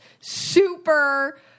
super